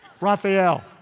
Raphael